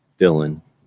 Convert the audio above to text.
Dylan